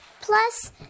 plus